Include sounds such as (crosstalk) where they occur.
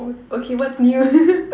oh okay what's new (laughs)